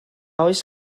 oes